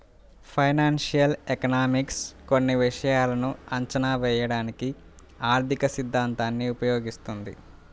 financial economics కొన్ని విషయాలను అంచనా వేయడానికి ఆర్థికసిద్ధాంతాన్ని ఉపయోగిస్తుంది